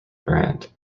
brand